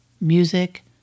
music